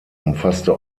umfasste